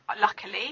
luckily